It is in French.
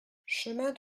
chemin